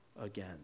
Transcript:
again